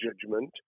judgment